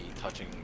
touching